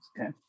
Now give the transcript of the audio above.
Okay